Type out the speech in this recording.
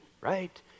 right